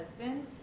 husband